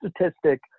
statistic